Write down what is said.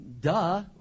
duh